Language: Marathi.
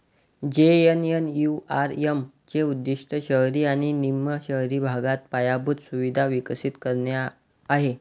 जे.एन.एन.यू.आर.एम चे उद्दीष्ट शहरी आणि निम शहरी भागात पायाभूत सुविधा विकसित करणे आहे